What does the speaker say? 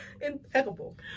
Impeccable